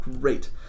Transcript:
great